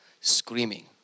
screaming